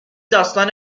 داستان